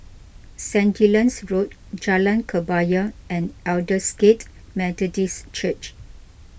Sandilands Road Jalan Kebaya and Aldersgate Methodist Church